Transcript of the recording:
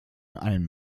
einen